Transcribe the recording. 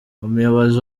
umuyobozi